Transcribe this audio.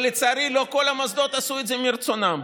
לצערי, לא כל המוסדות עשו את זה מרצונם,